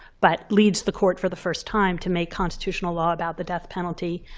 but leads the court for the first time to make constitutional law about the death penalty.